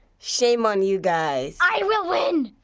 shame on you guys. i will win!